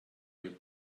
you